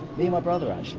my brother, actually,